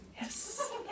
Yes